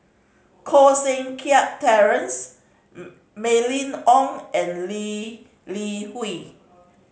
Koh Seng Kiat Terence Mylene Ong and Lee Li Hui